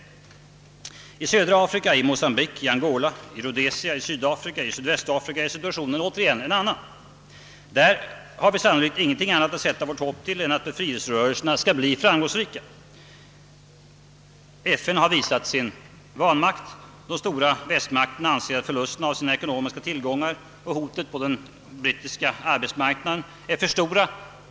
I södra Afrika — i Mocambique, Angola, Rhodesia, Sydafrika och Sydvästafrika — är situationen en annan. Där har vi sannolikt ingenting annat att hoppas på än att frihetsrörelserna skall bli framgångsrika i sin kamp mot förtryckarna. FN har visat sin vanmakt. De stora västmakterna anser att förlusterna av deras ekonomiska tillgångar och hotet mot den brittiska arbeismarknaden är för stora.